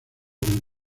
con